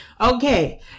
Okay